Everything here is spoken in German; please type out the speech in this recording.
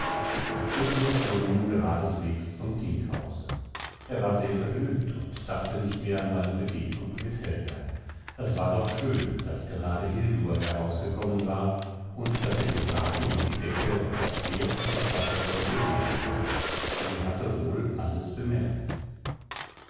kommen gudmund fuhr nun geradeswegs zum thinghause er war sehr vergnügt und dachte nicht mehr an seine begegnung mit helga es war doch schön daß gerade hildur herausgekommen war und daß sie den wagen und die decke und das pferd und das sattelzeug gesehen hatte sie hatte wohl alles bemerkt